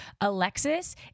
Alexis